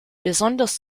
besonders